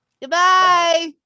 Goodbye